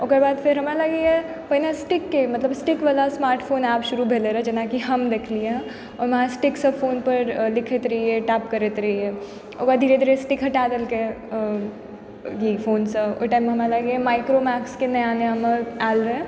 ओकरबाद फेर हमरा लागइए पहिने स्टिकके मतलब स्टिकवला स्मार्ट फोन आबि शुरू भेल रहय जेना कि हम देखलियै हँ ओइमे अहाँ स्टिकसँ फोनपर लिखैत रहियइ टाइप करैत रहियइ ओकरबाद धीरे धीरे स्टिक हटा देलकइ आओर ओइ फोनसँ ओइ टाइममे हमरा लागइए माइक्रोमैक्सके नया नयामे आयल रहय